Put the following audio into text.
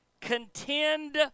contend